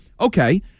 Okay